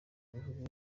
bihugu